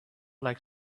like